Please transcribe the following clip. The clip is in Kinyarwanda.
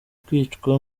kwicwa